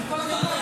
עם כל הכבוד.